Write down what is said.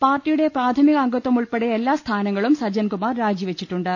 പാർട്ടിയുടെ പ്രാഥമികാംഗത്വം ഉൾപ്പെടെ എല്ലാ സ്ഥാനങ്ങളും സജ്ജൻകുമാർ രാജിവെച്ചിട്ടുണ്ട്